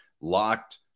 locked